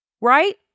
right